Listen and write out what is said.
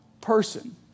person